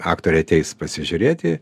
aktoriai ateis pasižiūrėti